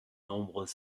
nombreux